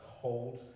cold